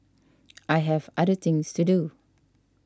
I have other things to do